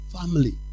family